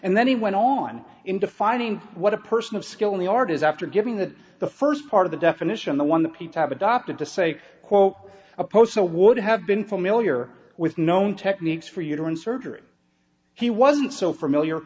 and then he went on in defining what a person of skill in the art is after giving that the first part of the definition the one the people have adopted to say quote a poster would have been familiar with known techniques for uterine surgery he wasn't so familiar